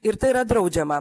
ir tai yra draudžiama